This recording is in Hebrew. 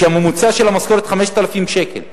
שהמשכורת הממוצעת שלו 5,000 שקל,